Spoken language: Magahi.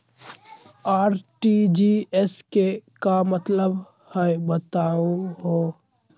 आर.टी.जी.एस के का मतलब हई, बताहु हो?